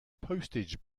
postage